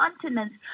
continents